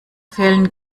fällen